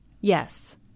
yes